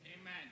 Amen